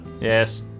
Yes